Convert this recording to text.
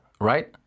right